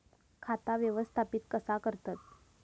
खाता व्यवस्थापित कसा करतत?